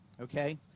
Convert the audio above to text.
okay